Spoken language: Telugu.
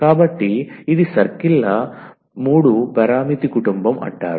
కాబట్టి ఇది సర్కిల్ ల 3 పారామితి కుటుంబం అంటారు